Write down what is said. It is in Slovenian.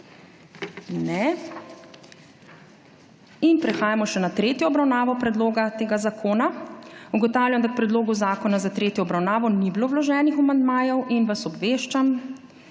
Ne. Prehajamo še na tretjo obravnavo predloga tega zakona. Ugotavljam, da k predlogu zakona za tretjo obravnavo ni bilo vloženih amandmajev in vas obveščam,